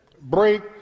break